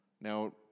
Now